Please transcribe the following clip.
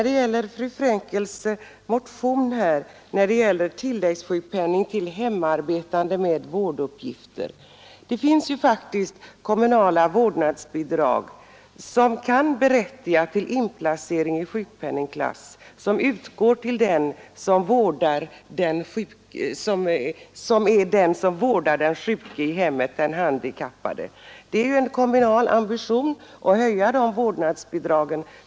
Beträffande fru Frenkels motion rörande sjukpenning till hemarbetande med vårduppgifter så finns det faktiskt kommunala vårdnadsbidrag som kan berättiga till inplacering i sjukpenningklass för den som vårdar sjuka eller handikappade i hemmet. Det är också en kommunal ambition att höja vårdnadsbidraget.